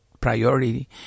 priority